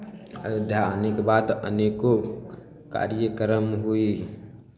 अयोध्या आनेके बाद अनेकोँ कार्यक्रम हुइ